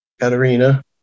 Katerina